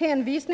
Att hänvisa